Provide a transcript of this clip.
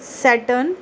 saturn